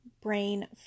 brain